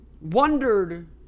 wondered